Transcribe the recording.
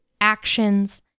actions